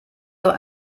doch